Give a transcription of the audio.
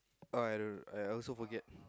uh I don't know I also forget